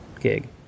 gig